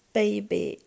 baby